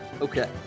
Okay